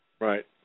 Right